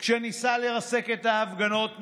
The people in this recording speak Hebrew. כשניסה לרסק את ההפגנות נגדו,